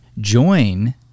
join